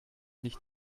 nicht